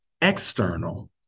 external